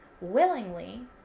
willingly